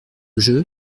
jeu